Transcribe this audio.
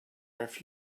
have